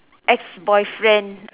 ex boyfriend